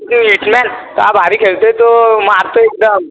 तो हीटमॅन काय भारी खेळतो आहे तो मारतो आहे एकदम